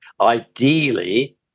ideally